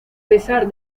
pesar